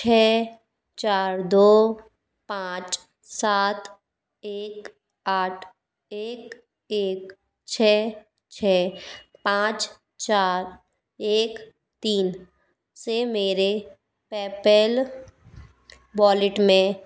छ चार दो पाँच सात एक आठ एक एक छ छ पाँच चार एक तीन से मेरे पेपैल वॉलेट में